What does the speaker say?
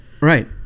Right